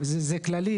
זה כללי